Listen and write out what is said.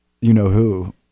you-know-who